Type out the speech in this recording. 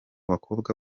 bakobwa